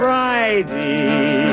Friday